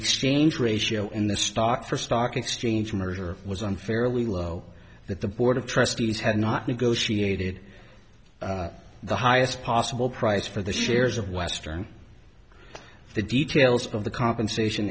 exchange ratio in the stock for stock exchange merger was unfairly low that the board of trustees had not negotiated the highest possible price for the shares of western the details of the compensation